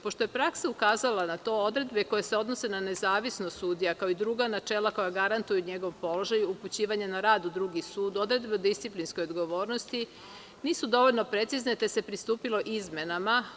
Pošto je praksa ukazala na to da odredbe koje se odnose na nezavisnost sudija, kao i druga načela koja garantuju njegov položaj, upućivanje na rad u drugi sud, odredbe o disciplinskoj odgovornosti, nisu dovoljno precizne, te se pristupilo izmenama.